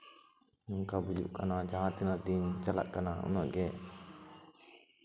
ᱱᱚᱱᱠᱟ ᱵᱩᱡᱩᱜ ᱠᱟᱱᱟ ᱡᱟᱦᱟᱸ ᱛᱤᱱᱟᱹᱜ ᱫᱤᱱ ᱪᱟᱞᱟᱜ ᱠᱟᱱᱟ ᱩᱱᱟᱹᱜ ᱜᱮ